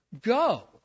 go